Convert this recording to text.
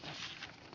jos